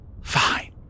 fine